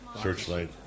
searchlight